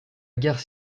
guerre